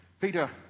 Peter